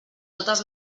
totes